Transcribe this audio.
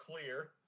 clear